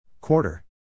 Quarter